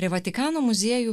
prie vatikano muziejų